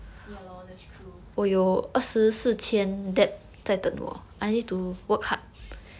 ya lor that's true